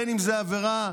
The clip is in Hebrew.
בין שזו עבירה,